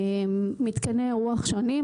מתקני אירוח שונים,